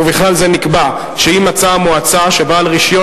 ובכלל זה נקבע שאם מצאה המועצה שבעל רשיון